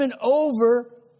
over